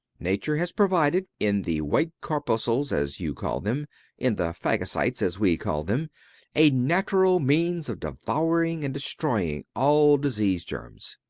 nature has provided, in the white corpuscles as you call them in the phagocytes as we call them a natural means of devouring and destroying all disease germs.